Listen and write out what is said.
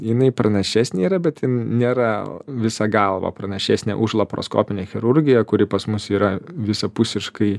jinai pranašesnė yra bet ji nėra visa galva pranašesnė už laparoskopinę chirurgiją kuri pas mus yra visapusiškai